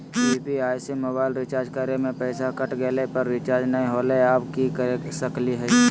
UPI से mobile recharge करे में पैसा कट गेलई, पर रिचार्ज नई होलई, अब की कर सकली हई?